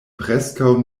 preskaŭ